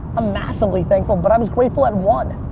massively thankful but i was grateful at one.